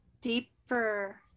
deeper